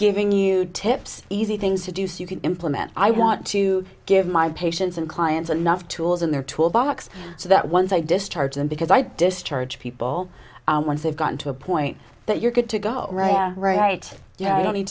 giving you tips easy things to do so you can implement i want to give my patients and clients enough tools in their toolbox so that once i discharge them because i discharge people once they've gotten to a point that you're good to go right right yeah